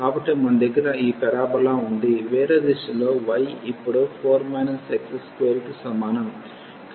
కాబట్టి మన దగ్గర ఈ పారాబోలా ఉంది వేరే దిశలో y ఇప్పుడు 4 x2 కి సమానం